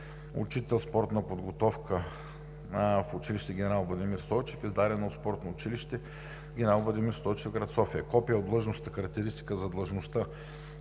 учител „Спортна подготовка“ в училище „Генерал Владимир Стойчев“, издадено от спортно училище „Генерал Владимир Стойчев“ – град София; копие от длъжностна характеристика за длъжността